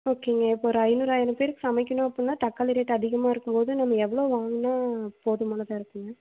ஓகேங்க இப்போ ஒரு ஐநூறு ஆயிரம் பேருக்கு சமைக்கணும் அப்புடின்னா தக்காளி ரேட் அதிகமாக இருக்கும் போது நம்ம எவ்வளோ வாங்கினா போதுமானதாக இருக்குதுங்க